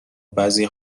بعضی